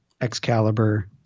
Excalibur